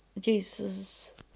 Jesus